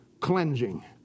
cleansing